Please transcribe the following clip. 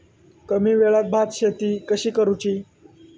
कमी वेळात भात शेती कशी करुची?